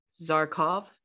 Zarkov